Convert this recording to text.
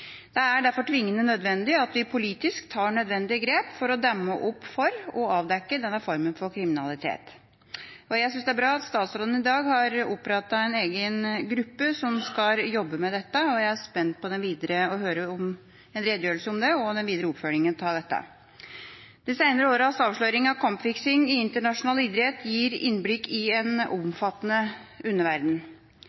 Det er derfor tvingende nødvendig at vi politisk tar nødvendige grep for å demme opp for og avdekke denne formen for kriminalitet. Jeg synes det er bra at statsråden i dag har opprettet en egen gruppe som skal jobbe med dette, og jeg er spent på å få en redegjørelse om det og den videre oppfølginga av dette. De seinere åras avsløringer av kampfiksing i internasjonal idrett gir innblikk i en omfattende underverden.